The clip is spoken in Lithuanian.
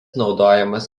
naudojamas